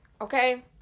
Okay